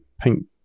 Pink